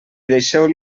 deixeu